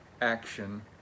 action